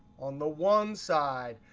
on the one side,